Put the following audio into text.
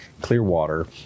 clearwater